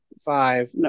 five